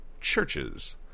Churches